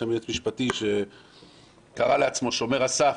יש שם יועץ משפטי שקרא לעצמו שומר הסף,